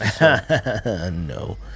No